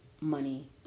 money